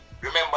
Remember